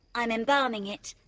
i'm embalming it.